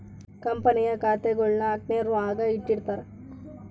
ಕಂಪನಿಯ ಖಾತೆಗುಳ್ನ ಆರ್ಕೈವ್ನಾಗ ಇಟ್ಟಿರ್ತಾರ